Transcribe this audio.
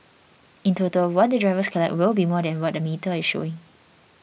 in total what the drivers collect will be more than what the metre is showing